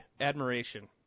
admiration